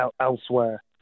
elsewhere